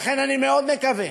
לכן, אני מאוד מקווה